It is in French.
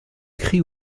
créée